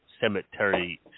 Cemetery